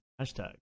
hashtag